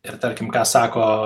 ir tarkim ką sako